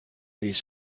with